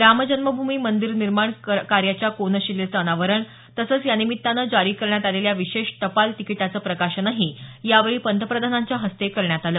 रामजन्मभूमी मंदीर निर्माण कार्याच्या कोनशिलेचं अनावरण तसंच यानिमित्तानं जारी करण्यात आलेल्या विशेष टपाल तिकिटाचं प्रकाशनही यावेळी पंतप्रधानांच्या हस्ते करण्यात आलं